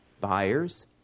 buyers